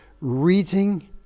reading